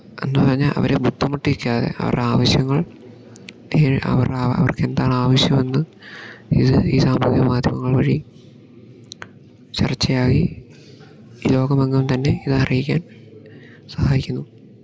എന്ന് പറഞ്ഞാൽ അവരെ ബുദ്ധിമുട്ടിക്കാതെ അവരുടെ ആവശ്യങ്ങൾ അവറാ അവർക്കെന്താണാവശ്യവെന്ന് ഇത് ഈ സാമൂഹിക മാധ്യമങ്ങൾ വഴി ചർച്ചയായി ഈ ലോകമെങ്ങും തന്നെ ഇതറിയിക്കാൻ സഹായിക്കുന്നു